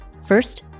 First